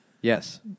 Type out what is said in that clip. Yes